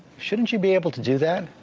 shouldn't you be able to do that?